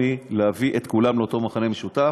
להביא הכול לעניין שוויוני.